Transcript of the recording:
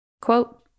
Quote